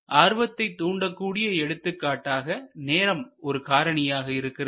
ஆர்வத்தை தூண்டக்கூடிய எடுத்துக்காட்டாக நேரம் ஒரு காரணியாக இருக்கிறது